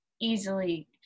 easily